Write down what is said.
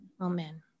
Amen